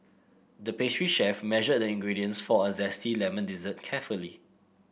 the pastry chef measured the ingredients for a zesty lemon dessert carefully